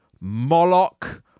Moloch